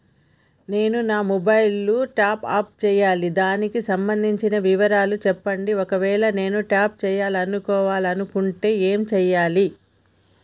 నేను నా mobile top up చేయాలి దానికి సంబంధించిన వివరాలు చెప్పండి ఒకవేళ నేను టాప్ చేసుకోవాలనుకుంటే ఏం చేయాలి?